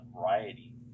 variety